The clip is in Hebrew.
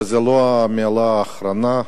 וזו לא המלה האחרונה.